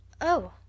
Oh